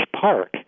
park